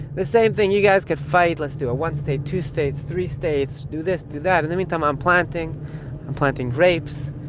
the same thing, you guys can fight, let's do a one-state, two-states, three-states, do this, do that. in the meantime i'm planting i'm planting grapes,